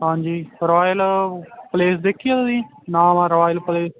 ਹਾਂਜੀ royal place ਦੇਖੀ ਆ ਤੁਸੀਂ ਜੀ ਨਾਮ ਆ ਰੋਇਲ ਪਲੇ